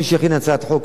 חבר הכנסת מקלב,